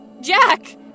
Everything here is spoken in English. Jack